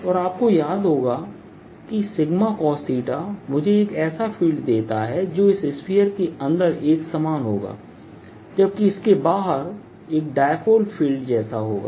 और आपको याद होगा कि cos मुझे एक ऐसा फील्ड देता है जो इस स्फीयर के अंदर एकसमान होगा जबकि इसके बाहर एक डाइपोल फील्ड जैसा होगा